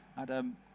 Adam